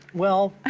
well,